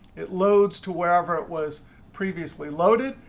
it loads to wherever it was previously loaded.